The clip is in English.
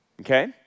Okay